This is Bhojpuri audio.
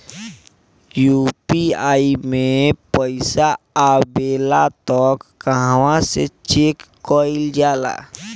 यू.पी.आई मे पइसा आबेला त कहवा से चेक कईल जाला?